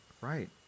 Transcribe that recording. Right